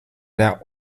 der